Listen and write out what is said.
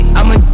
I'ma